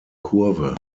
kurve